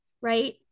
right